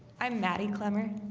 i'm mattie clemmer,